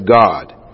God